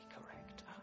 correct